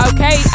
Okay